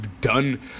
done